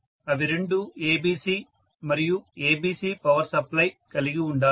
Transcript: అవి రెండు ABC మరియు ABC పవర్ సప్లై కలిగి ఉండాలి